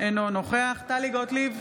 אינו נוכח טלי גוטליב,